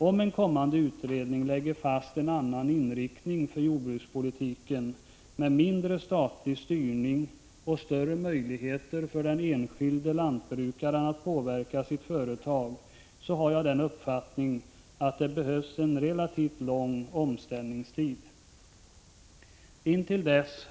Om en kommande utredning lägger fast en annan inriktning för jordbrukspolitiken med mindre statlig styrning och större möjligheter för den enskilde lantbrukaren att påverka sitt företag, har jag den uppfattningen att det behövs en relativt lång omställningstid. Herr talman!